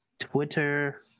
Twitter